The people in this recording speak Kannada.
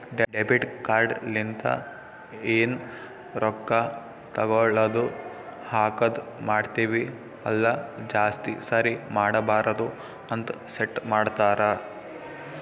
ಡೆಬಿಟ್ ಕಾರ್ಡ್ ಲಿಂತ ಎನ್ ರೊಕ್ಕಾ ತಗೊಳದು ಹಾಕದ್ ಮಾಡ್ತಿವಿ ಅಲ್ಲ ಜಾಸ್ತಿ ಸರಿ ಮಾಡಬಾರದ ಅಂತ್ ಸೆಟ್ ಮಾಡ್ತಾರಾ